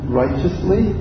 righteously